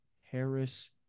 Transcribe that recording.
Harris